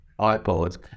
iPod